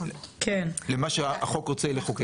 למה שהחוק רוצה לחוקק.